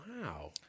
Wow